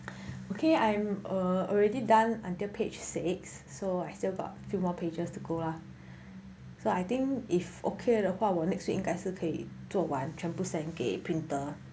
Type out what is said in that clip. okay I'm err already done until page six so I still got a few more pages to go lah so I think if okay 的话我 next week 应该是可以做完全部 sent 给 printer